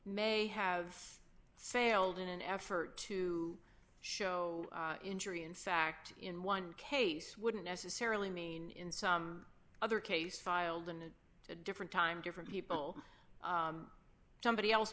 may have failed in an effort to show injury in fact in one case wouldn't necessarily mean in some other case filed in a different time different people somebody else